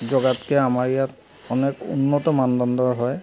জেগাতকৈ আমাৰ ইয়াত অনেক উন্নত মানদণ্ডৰ হয়